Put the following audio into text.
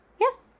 yes